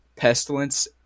Pestilence